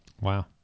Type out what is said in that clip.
Wow